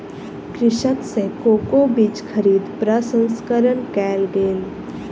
कृषक सॅ कोको बीज खरीद प्रसंस्करण कयल गेल